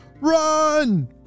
Run